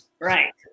Right